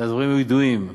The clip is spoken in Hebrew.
והדברים ידועים.